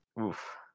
Oof